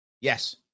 Yes